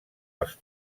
els